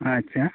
ᱟᱪᱪᱷᱟ